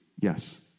Yes